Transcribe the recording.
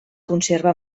conserva